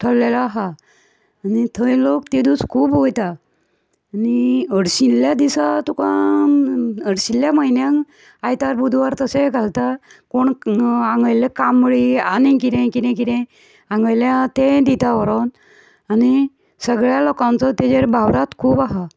ठरलेलो आहा आनी थंय लोक ते दूस खूब वयता आनी हरशिल्ल्या दिसा तो तुका हरशिल्ल्या म्हयन्याक आयतार बुधवार तशें घालता कोण आंगयल्ल्यो कांबळी आनीक कितें कितें कितें आंगयल्या ते दिता व्हरोन आनी सगल्या लोकांचो तेजेर भावार्थ खूब आसा